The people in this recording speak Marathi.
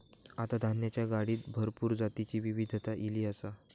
आता धान्याच्या गाडीत भरपूर जातीची विविधता ईली आसा